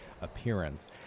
appearance